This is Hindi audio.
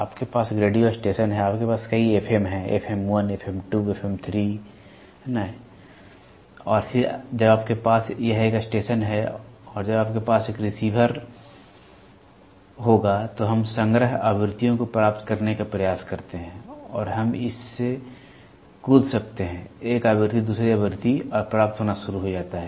आपके पास एक रेडियो स्टेशन है आपके पास कई FM हैं FM 1 FM 2 FM 3 और फिर जब आपके पास यह एक स्टेशन है और जब आपके पास एक रिसीवर होगा तो हम संग्रह आवृत्तियों को प्राप्त करने का प्रयास करते हैं और हम इससे कूद सकते हैं एक आवृत्ति दूसरे आवृत्ति और प्राप्त होना शुरू हो जाता है